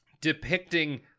depicting